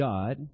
God